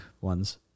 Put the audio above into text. ones